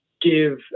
give